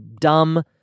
dumb